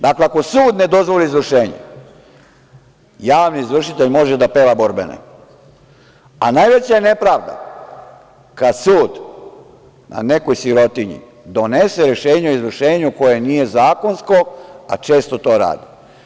Dakle, ako sud ne dozvoli izvršenje javni izvršitelj može da peva borbene, a najveća je nepravda kad sud na nekoj sirotinji donese rešenje izvršenju koje nije zakonsko, a često to radi.